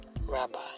rabbi